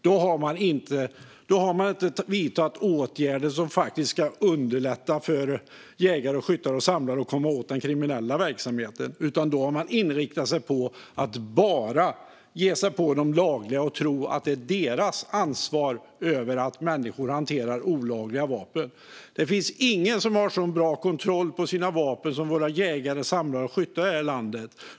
Då har man inte vidtagit åtgärder som ska underlätta för jägare, skyttar och samlare och komma åt den kriminella verksamheten, utan då har man inriktat sig på att bara ge sig på de lagliga och tro att det är deras ansvar att människor hanterar olagliga vapen. Det finns ingen som har så bra kontroll på sina vapen som våra jägare, skyttar och samlare i det här landet.